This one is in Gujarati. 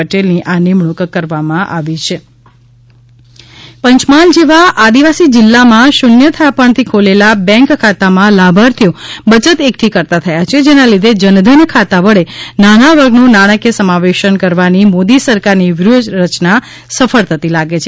પટેલની આ નિમણૂંક કરવામાં આવી છે પંચમહાલ જેવા આદિવાસી જિલ્લા માં શૂન્ય થાપણથી ખોલેલા બેન્ક ખાતામાં લાભાર્થીઓ બયત એકઠી કરતાં થયા છે જેના લીધે જનધન ખાતા વડે નાના વર્ગનું નાણાકીય સમાવેશન કરવાની મોદી સરકારની વ્યુહરચના સફળ થતી લાગે છે